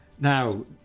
Now